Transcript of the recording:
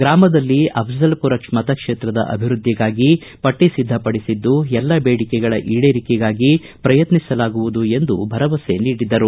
ಗ್ರಾಮದಲ್ಲಿ ಹಾಗೂ ಅಫಜಲಪುರ ಮತಕ್ಷೇತ್ರದ ಅಭಿವೃದ್ದಿಗಾಗಿ ಪಟ್ಟ ಸಿದ್ದಪಡಿಸಿದ್ದು ಎಲ್ಲ ಬೇಡಿಕೆಗಳ ಈಡೇರಿಕೆಗಾಗಿ ಪ್ರಯತ್ನಿಸಲಾಗುವುದು ಎಂದು ಭರವಸೆ ನೀಡಿದರು